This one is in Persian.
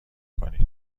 کنید